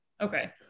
Okay